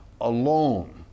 alone